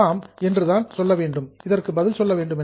ஆம் என்றுதான் இதற்கு பதில் சொல்ல வேண்டும்